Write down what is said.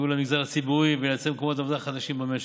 סיוע למגזר הציבורי ויצירת מקומות עבודה חדשים במשק.